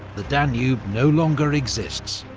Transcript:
the danube no longer exists